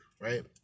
right